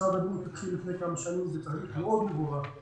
משרד הבריאות התחיל לפני כמה שנים בתהליך מאוד מבוקר,